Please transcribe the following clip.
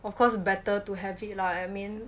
of course better to have it lah I mean